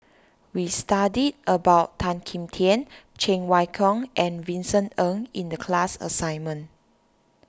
we studied about Tan Kim Tian Cheng Wai Keung and Vincent Ng in the class assignment